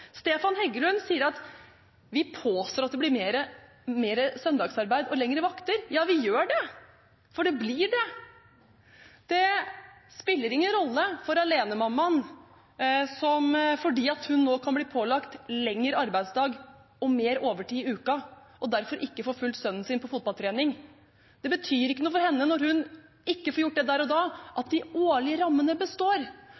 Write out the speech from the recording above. Stefan Heggelund sier at vi påstår at det blir mer søndagsarbeid og lengre vakter. Ja, vi gjør det, for det blir det. Det spiller ingen rolle for alenemammaen som nå kan bli pålagt lengre arbeidsdag og mer overtid i uka og derfor ikke får fulgt sønnen sin på fotballtrening, det betyr ikke noe for henne når hun ikke får gjort det der og da, at de årlige rammene består.